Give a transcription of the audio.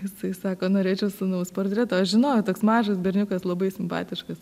jisai sako norėčiau sūnaus portreto aš žinojau toks mažas berniukas labai simpatiškas